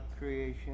creation